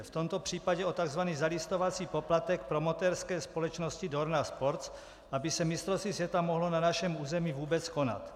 V tomto případě o takzvaný zalistovací poplatek promotérské společnosti Dorna Sports, aby se mistrovství světa mohlo na našem území vůbec konat.